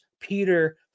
Peter